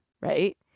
Right